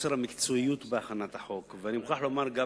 חוסר המקצועיות בהכנת החוק, ואני מוכרח לומר גם